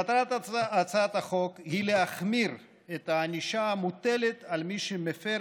מטרת הצעת החוק היא להחמיר את הענישה המוטלת על מי שמפר